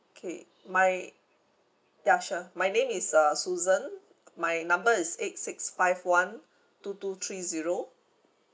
okay my ya sure my name is uh susan my number is eight six five one two two three zero